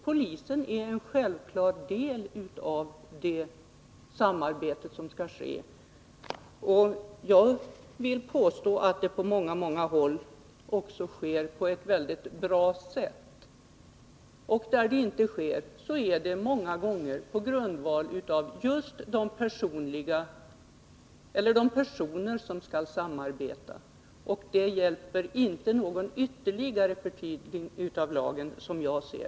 Polisen är en självklar deltagare i det samarbete som skall äga rum. Jag vill också påstå att dessa på många håll bedrivs på ett mycket bra sätt. Där så inte sker beror det många gånger på de personer som skall samarbeta. Det hjälper, som jag ser det, inte med något ytterligare förtydligande av lagen.